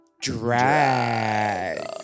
DRAG